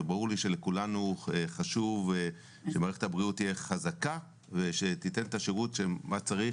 ברור לי שלכולנו חשוב שמערכת הבריאות תהיה חזקה ושתיתן את השירות שצריך,